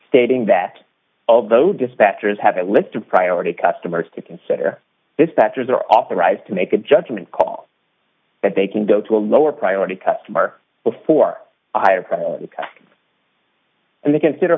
stating that although dispatchers have a list of priority customers to consider this factors are authorized to make a judgment call that they can go to a lower priority customer before a higher priority and they consider